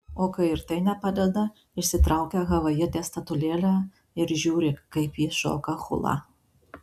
o kai ir tai nepadeda išsitraukia havajietės statulėlę ir žiūri kaip ji šoka hulą